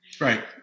right